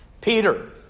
Peter